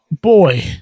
boy